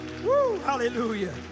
hallelujah